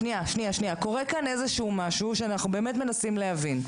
קורה כאן איזשהו משהו שאנחנו באמת מנסים להבין.